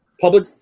public